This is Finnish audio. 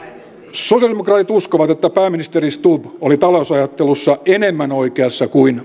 sosialidemokraatit uskovat että pääministeri stubb oli talousajattelussa enemmän oikeassa kuin